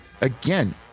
again